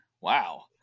Wow